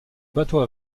bateaux